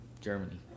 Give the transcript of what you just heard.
Germany